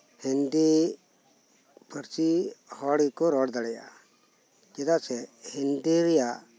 ᱦᱤᱱᱫᱤ ᱯᱟᱹᱨᱥᱤ ᱦᱚᱲ ᱜᱮᱠᱩ ᱨᱚᱲ ᱫᱟᱲᱮᱭᱟᱜᱼᱟ ᱪᱮᱫᱟᱜ ᱥᱮ ᱦᱤᱱᱫᱤ ᱨᱮᱭᱟᱜ